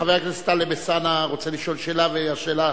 חבר הכנסת טלב אלסאנע רוצה לשאול שאלה, והשאלה,